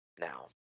now